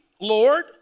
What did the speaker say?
Lord